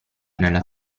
nella